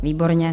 Výborně.